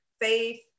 faith